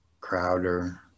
Crowder